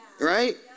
right